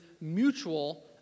mutual